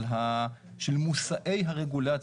של מושאי הרגולציה.